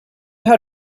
how